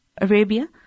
Arabia